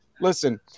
listen